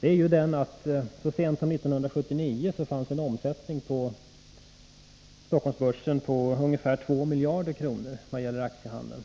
är ju den att så sent som 1979 uppgick omsättningen på Stockholmsbörsen till ungefär 2 miljarder kronor vad gäller aktiehandeln.